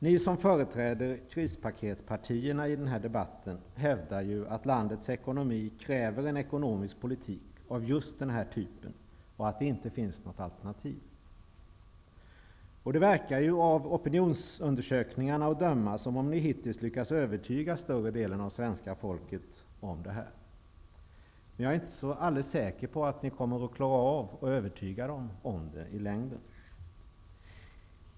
Ni som företräder krispaketpartierna i denna debatt hävdar att landets ekonomi kräver en ekonomisk politik av just den här typen och att det inte finns något alternativ. Och av opinionsundersökningar att döma verkar det ju som om ni hitintills lyckats övertyga större delen av svenska folket om detta. Men jag är inte så säker på att ni klarar att övertyga människorna i längden.